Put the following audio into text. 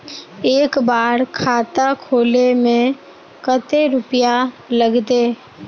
एक बार खाता खोले में कते रुपया लगते?